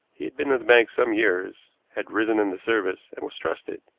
he had been in the bank some years, had risen in the service, and was trusted.